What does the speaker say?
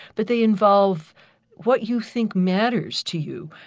but they involve what you think matters to you,